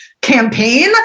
campaign